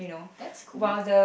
that's cool